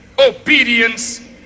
obedience